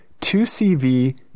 2CV